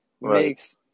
makes